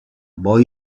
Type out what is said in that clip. boy